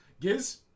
Giz